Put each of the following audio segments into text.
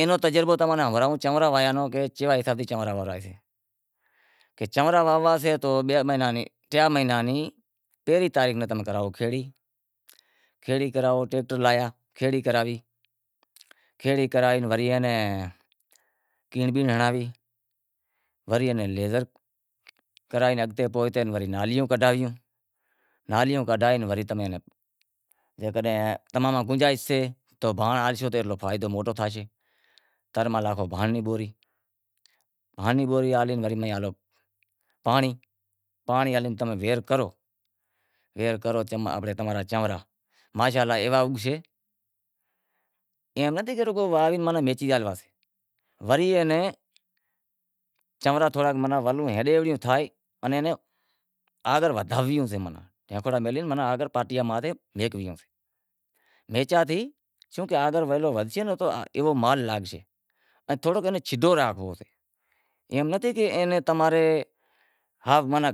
اینوں تجربو تمیں ہنبھڑائوں چونرا واہوایا روں کہ ایوے حساب تھیں چونرا وہوارائیجسیں، جے چونرا ہونویا سے تو بیاں مہیناں ری ٹیاں مہیناں ری پہریں تاریخ رو تمیں کراوو کھیڑی، کھیڑی کرائو، ٹیکٹر لایا کھیڑی کرائی کھیڑی کرائی وری ایئے نیں کینڑ بینڑ ہنڑاوی، وری ایئے نیں لیزر کراوے اگتے پوئتے وری ایئے نیں نالیوں کڈھاویوں، نالیوں کڈھاوے وری تمیں، اگر تماں میں گنجائش سے تو اگر بھانڑ ہالشو تو ای ماں اتلو فائدو موٹو تھائیسے، بھانڑ ری بوری ہالے وری ایئے ناں ہالو پانڑی، پانڑی ہالے تمیں ویہر کرو، ویہر کرو تمارا چونرا ماشا الا ایوا اگشیں، ایم ناں تھی کہ رگو واہوی وری ایئاں نیں چونرا روں ولوں ہیڈیوں ہیڈیوں تھائے اینے نیں آگر ودھائیویوں سے، پاٹیاں ماتھے میکویوں سے، شوں کہ اگر ویلوں وادھشیں تو مال لاگشے ان تھوڑو گھنڑو چھڈو رانکھنڑو سے ایم نتھی کہ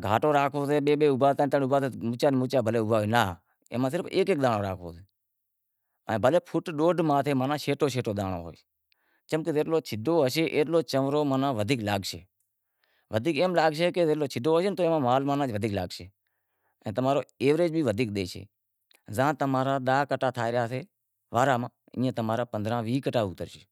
گھاٹو رانکھنڑو شے بئے بئے ترن ترن دانڑا اوبھا رہیں، ناں بھلیں ایک ایک داننڑو اوگے ان فوٹ ڈیڈھ ماتھے شیٹو شیٹو رہے، چمکہ جتلو شیٹو ہوسے ایتلو چونرو ماناں ودھیک لاگشے، ودھیک ایم لاگشے کہ جیتلو چھڈو ہویو اتلو مال ماناں ودھیک لاگشے، تماں رو ایوریج بھی ودھیک ڈیوشے، زاں تماں را داہ کنٹا تھا ریا شے بارا ماں ایئں تمارا پندرانہں ویہہ کنٹا اترشیں۔